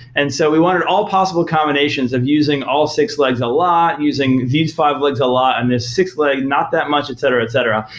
and so we wanted all possible combinations of using all six legs a lot, using these five legs a lot and the sixth leg not that much, etc, etc,